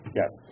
yes